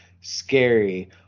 scary